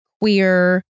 queer